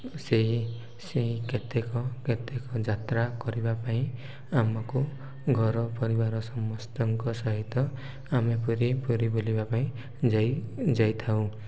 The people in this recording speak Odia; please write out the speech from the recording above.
ସେଇ ସେଇ କେତେକ କେତେକ ଯାତ୍ରା କରିବା ପାଇଁ ଆମକୁ ଘର ପରିବାର ସମସ୍ତଙ୍କ ସହିତ ଆମେ ପୁରୀ ପୁରୀ ବୁଲିବା ପାଇଁ ଯାଇ ଯାଇଥାଉ